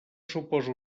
suposa